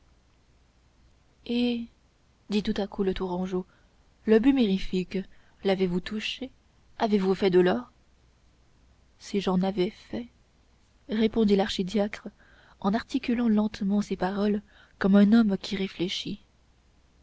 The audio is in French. dit tout à coup le tourangeau le but mirifique l'avez-vous touché avez-vous fait de l'or si j'en avais fait répondit l'archidiacre en articulant lentement ses paroles comme un homme qui réfléchit